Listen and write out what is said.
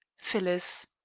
phyllis.